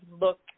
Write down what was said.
look